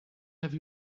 have